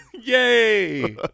Yay